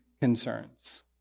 concerns